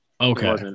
Okay